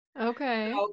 Okay